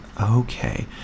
Okay